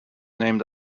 named